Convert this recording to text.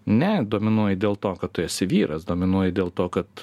ne dominuoji dėl to kad tu esi vyras dominuoji dėl to kad